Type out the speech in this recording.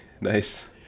Nice